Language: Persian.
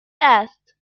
است